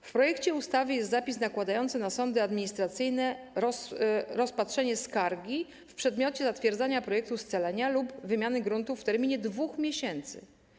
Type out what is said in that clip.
W projekcie ustawy jest zapis nakładający na sądy administracyjne rozpatrzenie skargi w przedmiocie zatwierdzenia projektu scalenia lub wymiany gruntów w terminie 2 miesięcy.